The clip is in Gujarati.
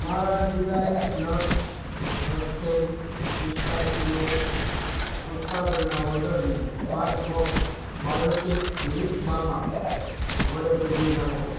મારા ડીલાઈટ નટ્સ રોસ્ટેડ પિસ્તાચીઓસ ઉત્પાદનના ઓર્ડરને પાંચ બોક્સ બાયોટિક લીપ બામા વડે બદલી નાખો